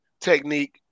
technique